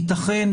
ייתכן,